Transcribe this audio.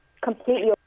completely